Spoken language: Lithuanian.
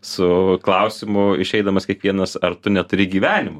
su klausimu išeidamas kiekvienas ar tu neturi gyvenimo